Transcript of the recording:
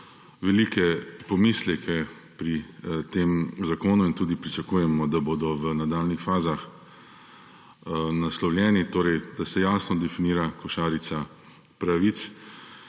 velike pomisleke pri tem zakonu in tudi pričakujemo, da bodo v nadaljnjih fazah naslovljeni, da se jasno definira košarica pravic